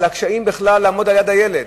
על הקשיים לעמוד ליד הילד.